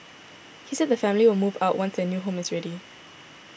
he said the family will move out once their new home is ready